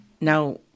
Now